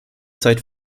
zeit